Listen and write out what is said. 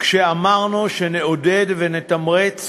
כשאמרנו שנעודד ונתמרץ